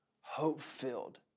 hope-filled